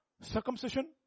circumcision